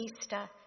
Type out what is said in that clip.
Easter